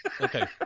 Okay